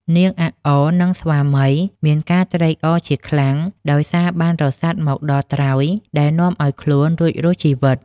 នាងអាក់អរ និង ស្វាមី មានការត្រេកអរជាខ្លាំងដោយសារបានរសាត់មកដល់ត្រើយ ដែលនាំឲ្យខ្លួនរួចរស់ជីវិត។